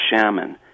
shaman